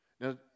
Now